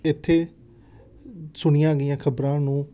ਇੱਥੇ ਸੁਣੀਆਂ ਗਈਆਂ ਖ਼ਬਰਾਂ ਨੂੰ